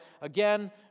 again